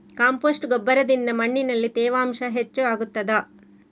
Compost ಗೊಬ್ಬರದಿಂದ ಮಣ್ಣಿನಲ್ಲಿ ತೇವಾಂಶ ಹೆಚ್ಚು ಆಗುತ್ತದಾ?